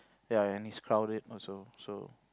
ya and it's crowded also so